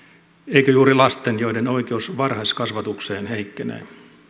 eikö juuri lasten joiden oikeus varhaiskasvatukseen heikkenee